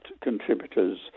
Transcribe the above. contributor's